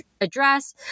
address